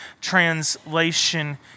translation